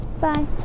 Bye